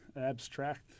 abstract